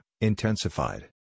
intensified